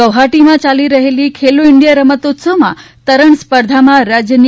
ગુવાહાટીમાં ચાલી રહેલી ખેલો ઈન્ડિયા રમતોત્સવમાં તરણ સ્પર્ધામાં રાજ્યની